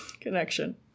connection